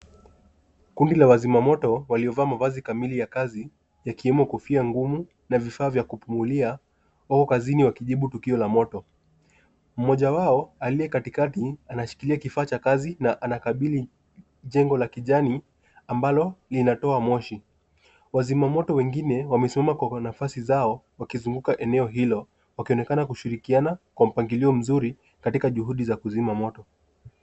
Kundi la wazimamoto waliovaa mavazi kamili ya kazi yakiwemo kofia ngumu na vifaa vya kupumulia wako kazini wakijibu tukio la moto. Mmoja wao aliye katikati anashikilia kifaa cha kazi na anakabili jengo la kijani ambalo linatoa moshi. Wazimamoto wengine wamesimama kwa nafasi zao wakizunguka eneo hilo wakionekana kushirikiana kwa mpangilio mzuri katika juhudi za kuzimamoto.